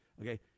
okay